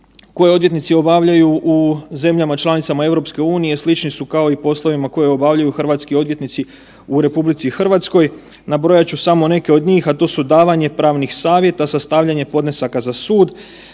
koje odvjetnici obavljaju u zemljama članicama EU slični su kao i u poslovima koje obavljaju hrvatski odvjetnici u RH. Nabrojat ću samo neke od njih, a to su davanje pravnih savjeta, sastavljanje podnesaka za sud,